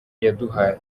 yaduhaye